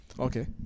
Okay